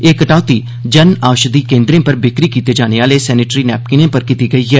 एह कटोती जन औषधि केन्द्रे पर बिक्री कीते जाने आले सैनेटरी नैप्किर्ने पर कीती गेई ऐ